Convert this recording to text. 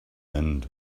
and